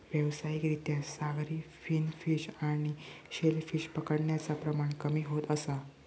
व्यावसायिक रित्या सागरी फिन फिश आणि शेल फिश पकडण्याचा प्रमाण कमी होत असा